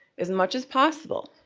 as much as possible.